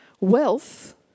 Wealth